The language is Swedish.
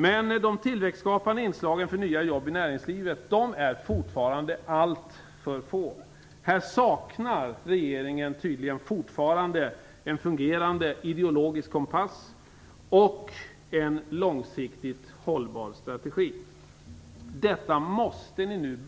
Men de tillväxtskapande inslagen för nya jobb i näringslivet är fortfarande alltför få. Här saknar regeringen tydligen fortfarande en fungerande ideologisk kompass och en långsiktigt hållbar strategi. Detta måste ni nu